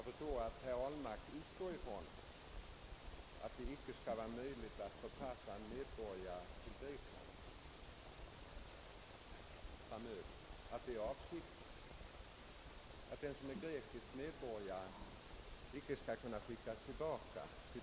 Herr talman! Jag förstår att herr Ahlmark förutsätter att det i framtiden ic ke skall vara möjligt att förpassa en grekisk medborgare tillbaka till Grekland.